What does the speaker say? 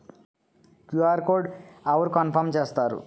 QR code అవరు confirm చేస్తారు?